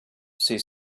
she